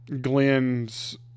Glenn's